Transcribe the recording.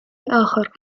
الآخر